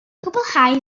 gwblhau